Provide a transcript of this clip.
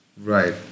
Right